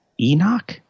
Enoch